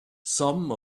some